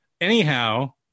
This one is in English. Anyhow